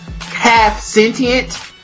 half-sentient